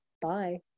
Bye